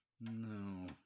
No